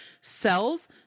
cells